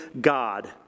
God